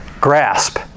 grasp